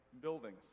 buildings